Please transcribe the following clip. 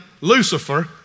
Lucifer